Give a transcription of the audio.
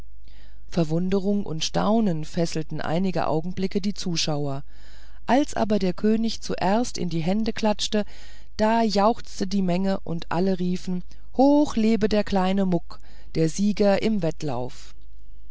verwunderung und staunen fesselte einige augenblicke die zuschauer als aber der könig zuerst in die hände klatschte da jauchzte die menge und alle riefen hoch lebe der kleine muck der sieger im wettlauf